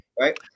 Right